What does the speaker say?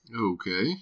Okay